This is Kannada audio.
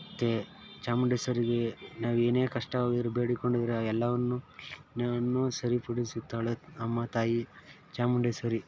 ಮತ್ತು ಚಾಮುಂಡೇಶ್ವರಿಗೆ ನಾವೇನೇ ಕಷ್ಟ ಇರು ಬೇಡಿಕೊಂಡಿದ್ದರೆ ಎಲ್ಲವನ್ನು ನನ್ನು ಸರಿಪಡಿಸುತ್ತಾಳೆ ನಮ್ಮ ತಾಯಿ ಚಾಮುಂಡೇಶ್ವರಿ